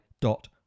dot